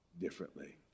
differently